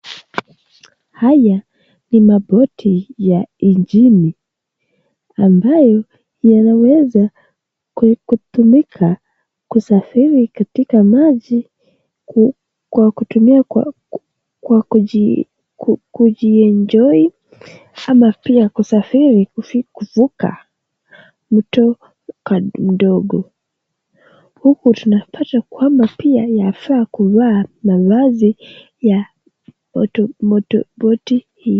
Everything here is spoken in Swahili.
Haya ni maboti ya nchini ambayo yanaweza kutumika kusafiri katika maji kwa kutumia kwa kuji enjoy ama pia kusafiri kuvuka mto kadogo huku tunapata kwamba yafaa kuvaa mavazi ya motorboat hii.